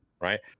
right